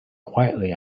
quietly